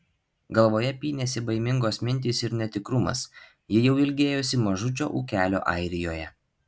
galvoje pynėsi baimingos mintys ir netikrumas ji jau ilgėjosi mažučio ūkelio airijoje